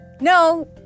No